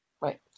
Right